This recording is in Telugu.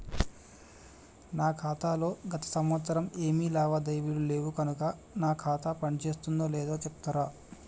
నా ఖాతా లో గత సంవత్సరం ఏమి లావాదేవీలు లేవు కనుక నా ఖాతా పని చేస్తుందో లేదో చెప్తరా?